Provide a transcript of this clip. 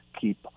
keep